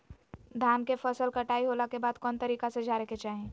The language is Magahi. धान के फसल कटाई होला के बाद कौन तरीका से झारे के चाहि?